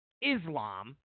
Islam